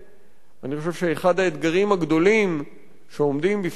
אני חושב שאחד האתגרים הגדולים שעומדים בפני מערכת